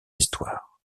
histoires